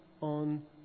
on